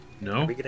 no